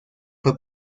fue